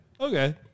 okay